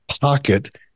pocket